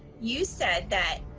you said that,